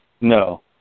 no